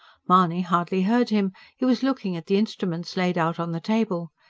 mahony hardly heard him he was looking at the instruments laid out on the table.